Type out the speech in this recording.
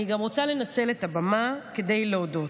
אני גם רוצה לנצל את הבמה כדי להודות.